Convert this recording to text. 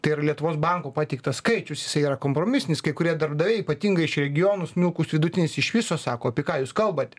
tai ir lietuvos banko pateiktas skaičius jisai yra kompromisinis kai kurie darbdaviai ypatingai iš regionų smulkūs vidutinis iš viso sako apie ką jūs kalbat